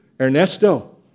Ernesto